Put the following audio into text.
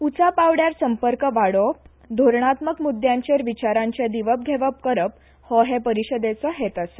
उंचा पांवड्यार संपर्क वाडोवप धोरणात्मक मुल्यांचेर विचारांचे दिवप घेवप करप हो हे परिशदेचो हेत आसा